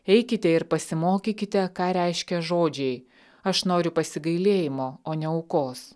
eikite ir pasimokykite ką reiškia žodžiai aš noriu pasigailėjimo o ne aukos